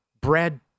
Brad